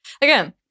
again